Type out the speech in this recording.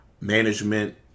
management